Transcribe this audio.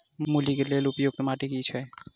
मूली केँ लेल उपयुक्त माटि केँ छैय?